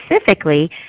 specifically